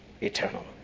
eternal